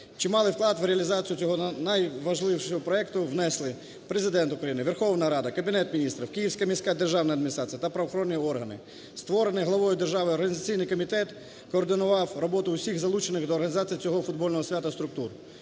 Чималий вклад в реалізацію цього найважливішого проекту внесли Президент України, Верховна Рада, Кабінет Міністрів, Київська міська державна адміністрація та правоохоронні органи. Створений главою держави Організаційний комітет координував роботу усіх залучених до організації цього футбольного свята структур.